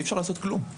אי אפשר לעשות כלום.